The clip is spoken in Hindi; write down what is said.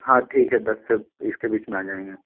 हाँ ठीक है दस से इसके बीच में आ जाएँगे